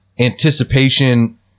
anticipation